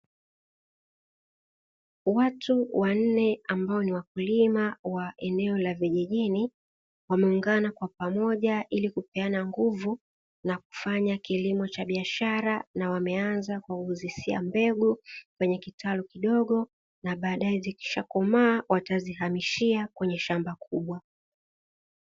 Watu wanne ambao ni wakulima wa eneo la vijijini wameungana kwa pamoja ili kupeana nguvu na kufanya kilimo cha biashara, na wameanza kwa kuzisia mbegu kwenye kitalu kidogo na baadaye zikishakomaa watazihamishia kwenye shamba kubwa.